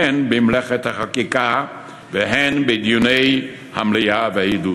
הן במלאכת החקיקה והן בדיוני המליאה והוועדות,